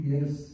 Yes